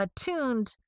attuned